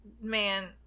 man